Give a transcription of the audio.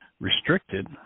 restricted